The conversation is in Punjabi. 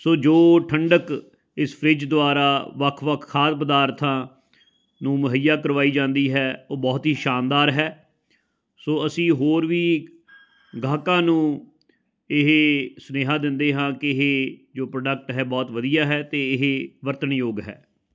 ਸੋ ਜੋ ਠੰਡਕ ਇਸ ਫਰਿੱਜ ਦੁਆਰਾ ਵੱਖ ਵੱਖ ਖਾਦ ਪਦਾਰਥਾਂ ਨੂੰ ਮੁਹੱਈਆ ਕਰਵਾਈ ਜਾਂਦੀ ਹੈ ਉਹ ਬਹੁਤ ਹੀ ਸ਼ਾਨਦਾਰ ਹੈ ਸੋ ਅਸੀਂ ਹੋਰ ਵੀ ਗਾਹਕਾਂ ਨੂੰ ਇਹ ਸੁਨੇਹਾ ਦਿੰਦੇ ਹਾਂ ਕਿ ਇਹ ਜੋ ਪ੍ਰੋਡਕਟ ਹੈ ਬਹੁਤ ਵਧੀਆ ਹੈ ਅਤੇ ਇਹ ਵਰਤਣਯੋਗ ਹੈ